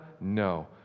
No